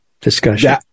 discussion